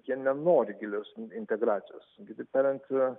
jie nenori gilios integracijos kitaip tariant